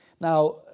Now